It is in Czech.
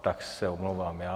Tak se omlouvám já.